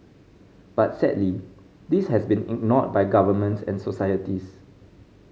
but sadly this has been ignored by governments and societies